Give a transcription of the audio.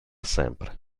sempre